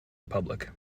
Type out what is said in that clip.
republic